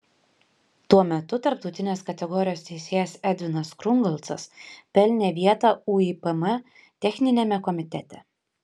tuo metu tarptautinės kategorijos teisėjas edvinas krungolcas pelnė vietą uipm techniniame komitete